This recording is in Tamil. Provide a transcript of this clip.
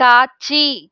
காட்சி